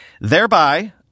thereby